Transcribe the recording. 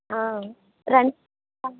రండి మరి